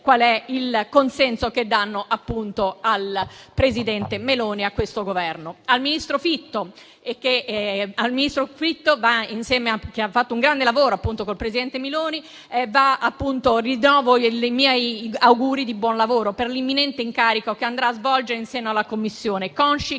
il consenso che danno al presidente Meloni e a questo Governo. Al ministro Fitto, che ha fatto un grande lavoro con il presidente Meloni, rinnovo i miei auguri di buon lavoro per l'imminente incarico che andrà a svolgere in seno alla Commissione, consci